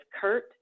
Kurt